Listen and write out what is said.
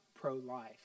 pro-life